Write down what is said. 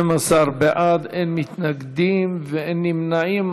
12 בעד, אין מתנגדים ואין נמנעים.